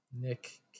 Nick